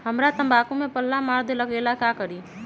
हमरा तंबाकू में पल्ला मार देलक ये ला का करी?